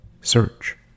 search